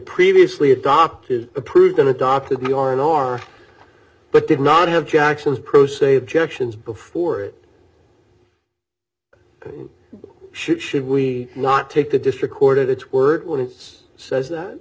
previously adopted approved an adopted me on our but did not have jackson's pro se objections before it should should we not take the district court at its word when it's says that